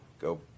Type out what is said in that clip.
go